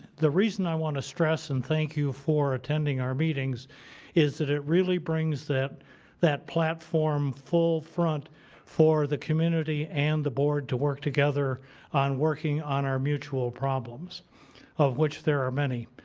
the reason i want to stress and thank you for attending our meetings is that it really brings that that platform full front for the community and the board to work together on working on our mutual problems of which there are many.